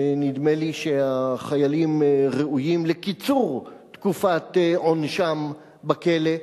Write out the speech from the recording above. ונדמה לי שהחיילים ראויים לקיצור תקופת עונשם בכלא.